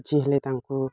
ଯିଏ ହେଲେ ତାଙ୍କୁ